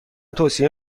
توصیه